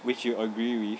which you agree with